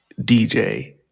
DJ